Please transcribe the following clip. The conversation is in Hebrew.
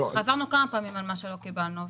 חזרנו כמה פעמים על מה שלא קיבלנו.